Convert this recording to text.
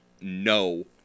no